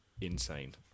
insane